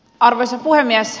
arvoisa puhemies